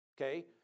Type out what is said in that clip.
Okay